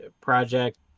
project